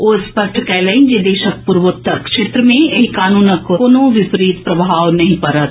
ओ स्पष्ट कयलनि जे देशक पूर्वोत्तर क्षेत्र मे एहि कानूनक कोनो विपरीत प्रभाव नहि पड़त